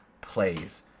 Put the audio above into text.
plays